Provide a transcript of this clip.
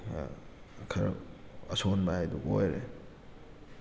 ꯈꯔ ꯑꯁꯣꯟꯕ ꯍꯥꯏꯗꯣ ꯑꯣꯏꯔꯦ